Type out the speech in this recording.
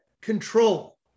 control